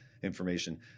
information